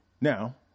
Now